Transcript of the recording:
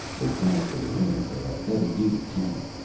they passed the remains of a heavy duty tank.